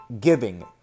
giving